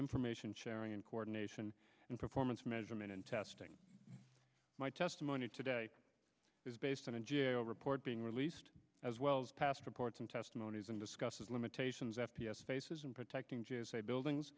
information sharing and coordination and performance measurement and testing my testimony today is based on a g a o report being released as well as past reports and testimonies and discusses limitations f t s spaces and protecting g s a buildings